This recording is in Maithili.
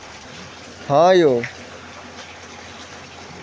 औद्योगिक जरूरत लेल माछक शिकार सं पर्यावरण पर हानिकारक प्रभाव पड़ै छै